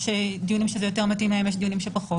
יש דיון שזה יותר מתאים ויש שפחות,